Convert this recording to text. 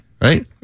right